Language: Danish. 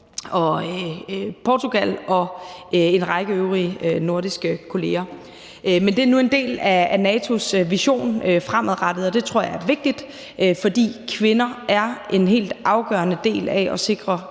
Portugal og en række øvrige nordiske kolleger. Men det er nu en del af NATO's vision fremadrettet, og det tror jeg er vigtigt, fordi kvinder er en helt afgørende del af at sikre